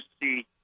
see